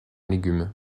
légumes